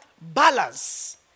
balance